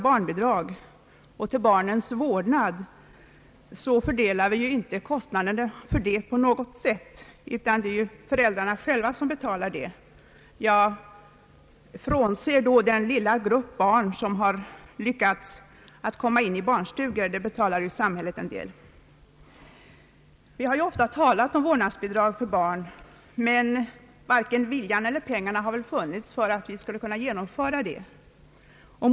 Kostnaderna för barnens vårdnad fördelas inte på något sätt. Det är föräldrarna själva som betalar dessa kostnader — jag frånser då den lilla grupp barn som har lyckats komma in på barnstugor, i vilket fall samhället betalar en del. Vi har ju ofta talat om vårdnadsbidrag för barn, men varken viljan eller pengarna har funnits för att realisera tanken.